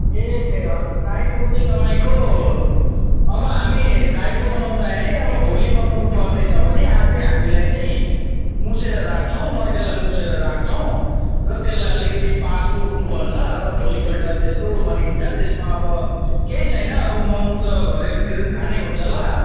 ए हे हजुर टाइपो चाहिँ तपाईँको अब हामी टाइपो बनाउँदाखेरि अब भोलि बनाउनु पर्ने छ भने आजै हामीलाई चाहिँ मुसेर राख्छौँ मैदालाई मुसेर राख्छौँ र त्यसलाई अलिकति पास उठ्नुपर्छ र भोलिपल्ट त्यसको बनिन्छ त्यसमा अब केही छैन अब मोमो त घरहरूतिर नि खानै हुन्छ होला